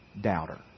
doubter